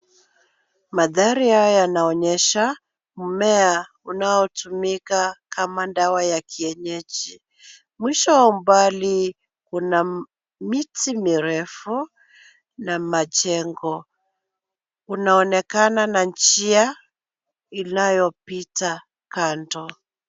Mandhari haya yanaonyesha mmea unaotumika kama dawa ya kienyeji mwisho mbali una miti mirefu na majengo unaonekana na njia inayopita kando.